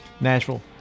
Nashville